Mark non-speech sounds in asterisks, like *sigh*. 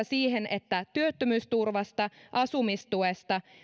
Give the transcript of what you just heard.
*unintelligible* siihen että työttömyysturvasta asumistuesta